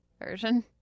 version